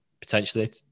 potentially